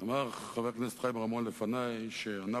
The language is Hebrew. אמר חבר הכנסת חיים רמון לפני שאנאפוליס,